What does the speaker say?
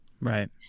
Right